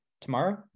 tomorrow